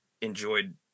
enjoyed